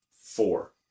four